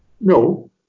No